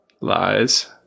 Lies